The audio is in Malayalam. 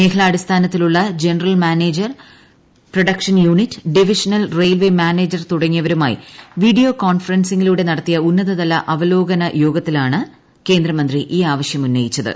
മേഖലാടിസ്ഥാനത്തിലുള്ള general manager unit production divisional railway manager തുടങ്ങിയവരുമായി വീഡിയോ കോൺഫറൻസിംഗിലൂടെ നടത്തിയ ഉന്നതതല അവലോകന യോഗത്തിലാണ് കേന്ദ്രമന്ത്രി ഇൌ ആവശ്യമുന്നയിച്ചത്